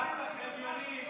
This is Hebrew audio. נערת החניונים.